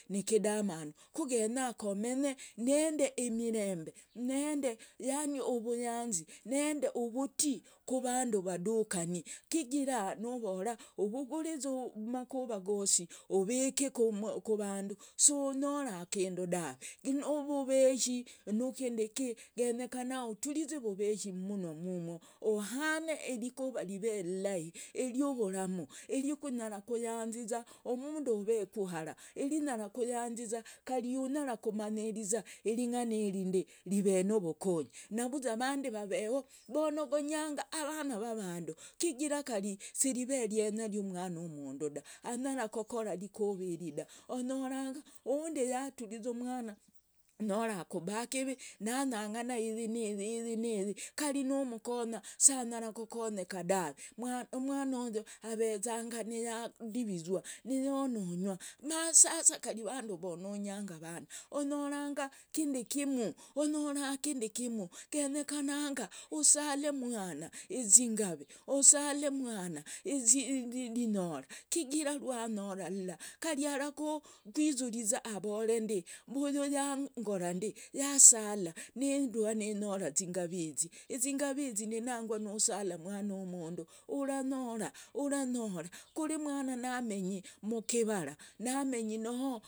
Nikidamanu, kugenya komenye nindi imirembe. nindi yani uvuyanzi, nindi uvutii kuvandu vadukani kigira novora uvuguriza makuva gosi uviki kuvandu si unyora kindu dave. Nuvuveshi, nuvundiki, genyekana uturize vuveshi munwa mumwo. Uhane rikuva rive lilahi, riuvuramu. rinyara kuyanziza umundu oveku hara, rinyara kuyanziza. Kari unyara kumanyiriza ringana iri ndi rive novokonyi. Navuza vandi vaveho vonogonyanga vana va vandi kigira si rive rienya ria mwana wa mundu da anyara kukora rikuva iri da. Onyoranga uhundi yaturiza mwana, onyora akuba ikivi nanyangana iyi niyi, kari numukonya sa anyara kukonyeka dave. Umwana uyu avezanga niyadivizwa, niyononywa masasa kari avandu vononyanga avana, onyoranga kindi kimu? Genyekananga usale mwana zingavi, usale mwana rinyora kigira rwanyora kari arakwizuriza avore ndi vuyu yangora ndi, yasala ninduha nenyola zingavi izi. Zingavi izi nangwa nusala mwana wa mundu uranyora, uranyora kuri mwana namenyi mukivara, namenyi noho.